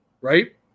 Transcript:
right